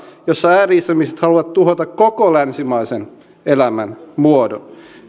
jossa ääri islamistit haluavat tuhota koko länsimaisen elämänmuodon